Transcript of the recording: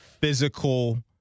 physical